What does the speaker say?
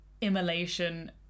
immolation